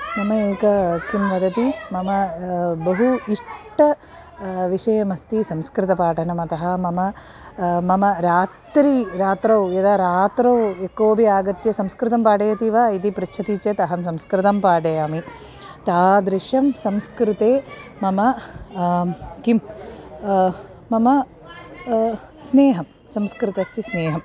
मम एकं किं वदति मम बहु इष्टं विषयमस्ति संस्कृतपाठनम् अतः मम मम रात्रि रात्रौ यदा रात्रौ यः कोपि आगत्य संस्कृतं पाठयति वा इति पृच्छति चेत् अहं संस्कृतं पाठयामि तादृशं संस्कृते मम किं मम स्नेहं संस्कृतस्य स्नेहं